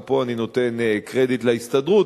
גם פה אני נותן קרדיט להסתדרות,